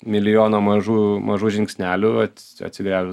milijono mažų mažų žingsnelių ats atsigręžus